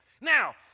now